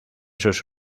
sus